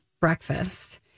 breakfast